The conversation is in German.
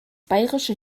bayerische